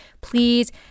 Please